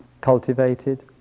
cultivated